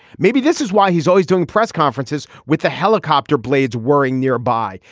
maybe this is why he's always doing press conferences with the helicopter blades whirring nearby.